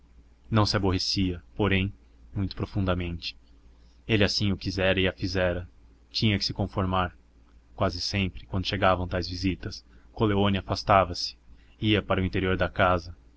não se aborrecia porém muito profundamente ele assim o quisera e a fizera tinha que se conformar quase sempre quando chegavam tais visitas coleoni afastava-se ia para o interior da casa